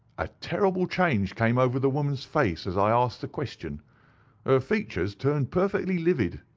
a terrible change came over the woman's face as i asked the question. her features turned perfectly livid.